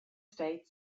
state